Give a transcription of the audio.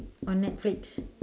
on netflix